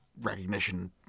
recognition